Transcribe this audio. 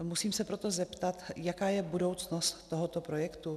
Musím se proto zeptat, jaká je budoucnost tohoto projektu.